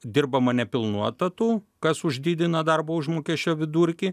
dirbama nepilnu etatu kas už didina darbo užmokesčio vidurkį